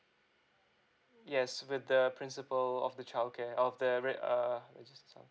yes with the principal of the childcare of the red err